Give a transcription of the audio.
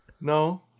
No